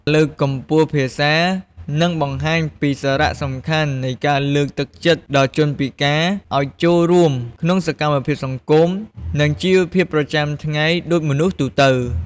លើកកម្ពស់ភាសា នឹងបង្ហាញពីសារៈសំខាន់នៃការលើកទឹកចិត្តដល់ជនពិការឲ្យចូលរួមក្នុងសកម្មភាពសង្គម និងជីវភាពប្រចាំថ្ងៃដូចមនុស្សទូទៅ ។